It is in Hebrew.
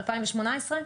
2018?